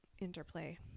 interplay